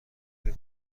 طلا